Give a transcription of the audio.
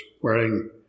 wearing